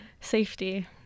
safety